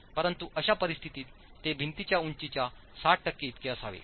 परंतु अशा परिस्थितीत ते भिंतीच्या उंचीच्या 60 टक्के इतके असावे